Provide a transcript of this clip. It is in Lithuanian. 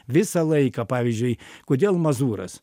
visą laiką pavyzdžiui kodėl mazūras